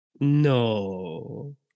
No